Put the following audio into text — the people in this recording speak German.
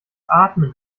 atmen